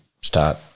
start